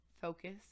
focus